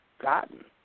gotten